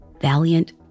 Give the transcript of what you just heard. Valiant